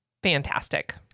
Fantastic